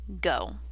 go